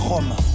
Rome